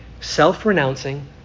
self-renouncing